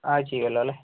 ചെയ്യുല്ലോലെ